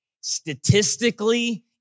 Statistically